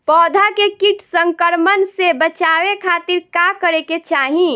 पौधा के कीट संक्रमण से बचावे खातिर का करे के चाहीं?